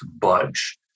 budge